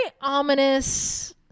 ominous